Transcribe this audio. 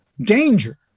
danger